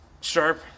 sharp